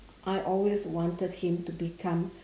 I always wanted him to become